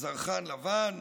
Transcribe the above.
זרחן לבן,